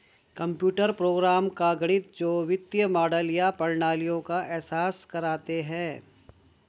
computer program का गणित जो वित्तीय मॉडल या प्रणालियों का एहसास करते हैं